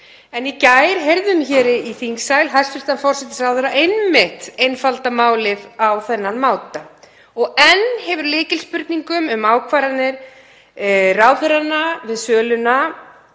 En í gær heyrðum við hér í þingsal hæstv. forsætisráðherra einmitt einfalda málið á þennan máta og enn hefur lykilspurningum um ákvarðanir ráðherranna við söluna